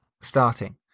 starting